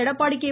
Edappadi K